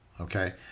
okay